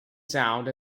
sound